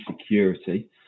security